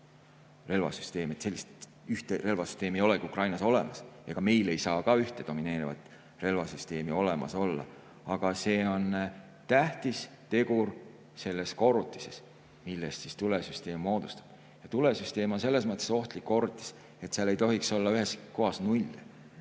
relvasüsteem, sellist ühte relvasüsteemi ei olegi Ukrainas olemas. Ega meil ei saa ka ühte domineerivat relvasüsteemi olemas olla, aga see on tähtis tegur selles korrutises, millest tulesüsteem moodustub. Tulesüsteem on selles mõttes ohtlik korrutis, et seal ei tohiks olla ühes kohas nulli.